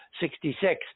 66